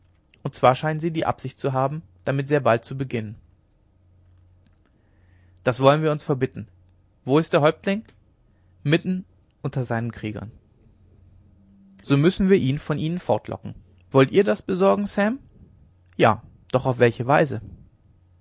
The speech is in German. und zwar scheinen sie die absicht zu haben damit sehr bald zu beginnen das wollen wir uns verbitten wo ist der häuptling mitten unter seinen kriegern so müssen wir ihn von ihnen fortlocken wollt ihr das besorgen sam ja doch auf welche weise